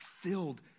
filled